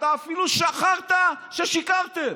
אתה אפילו שכחת ששיקרתם.